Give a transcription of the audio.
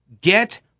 get